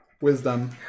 Wisdom